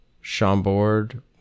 Chambord